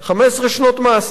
15 שנות מאסר.